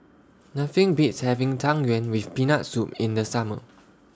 Nothing Beats having Tang Yuen with Peanut Soup in The Summer